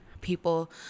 people